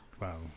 Wow